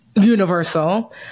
universal